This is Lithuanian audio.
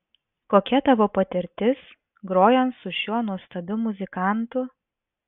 kokia tavo patirtis grojant su šiuo nuostabiu muzikantu